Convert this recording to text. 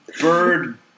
bird